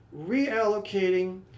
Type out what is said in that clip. reallocating